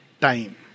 time